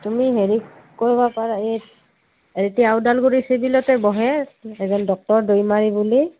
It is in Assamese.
তুমি হেৰি কৰিব পাৰা এই এতিয়া ওদালগুৰি চিভিলতে বহে এজন ডক্টৰ দৈমাৰি বুলি